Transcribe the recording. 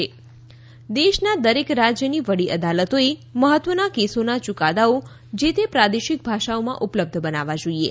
રાષ્ટ્ પતિ જબલપુર દેશના દરેક રાજયની વડી અદાલતોએ મહત્વના કેસોના યુકાદાઓ જે તે પ્રાદેશીક ભાષાઓમાં ઉપલબ્ધ બનાવવા જોઇએ